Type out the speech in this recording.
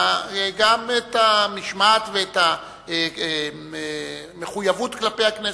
גם את המשמעת ואת המחויבות כלפי הכנסת.